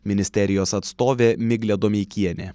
ministerijos atstovė miglė domeikienė